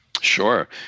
Sure